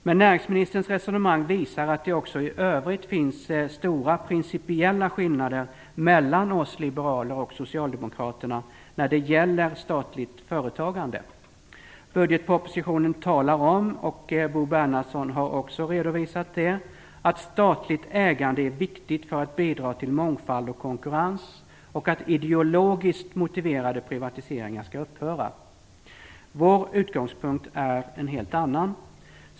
Näringsministerns resonemang visar att det också i övrigt finns stora principiella skillnader mellan oss liberaler och socialdemokraterna när det gäller statligt företagande. Budgetpropositionen talar om, och Bo Bernhardsson har också redovisat det, att statligt ägande är viktigt för att bidra till mångfald och konkurrens och att ideologiskt motiverade privatiseringar skall upphöra. Vår utgångspunkt är en helt annan.